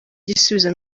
gisubizo